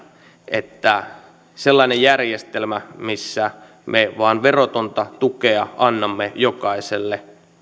että sellainen järjestelmä missä me vain verotonta tukea annamme jokaiselle